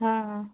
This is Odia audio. ହଁ ହଁ